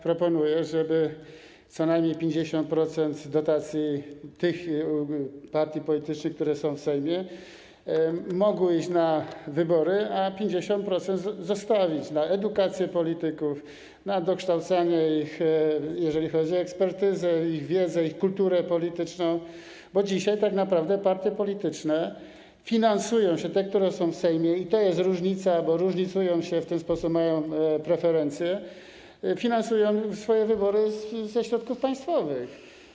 Proponuję, żeby 50% dotacji dla tych partii politycznych, które są w Sejmie, mogło iść na wybory, a 50% zostawić na edukację polityków, na dokształcanie ich, jeżeli chodzi o ekspertyzę, ich wiedzę, ich kulturę polityczną, bo dzisiaj tak naprawdę partie polityczne, które są w Sejmie - i to jest różnica, bo różnicują się w ten sposób, mają preferencje - finansują swoje wybory ze środków państwowych.